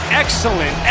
excellent